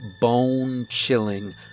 bone-chilling